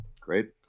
Great